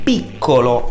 piccolo